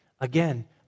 Again